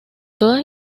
todas